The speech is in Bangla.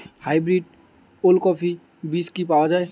হাইব্রিড ওলকফি বীজ কি পাওয়া য়ায়?